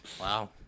Wow